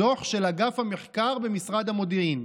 זה דוח של אגף המחקר במשרד המודיעין.